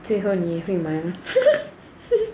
最后你也会买嘛